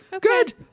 good